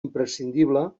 imprescindible